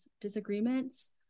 disagreements